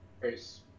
Grace